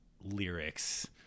lyrics